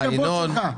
ינון.